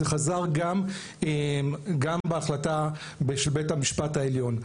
זה חזר גם בהחלטה של בית המשפט העליון.